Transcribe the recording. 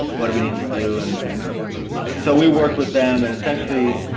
what do we need to do? and so we worked with them, and essentially,